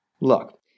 Look